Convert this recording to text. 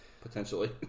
Potentially